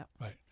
Right